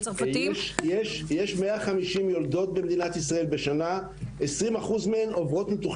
יש 150,000 יולדות בשנה, 20% מהן עוברות ניתוח